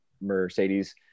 Mercedes